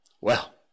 Well